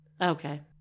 Okay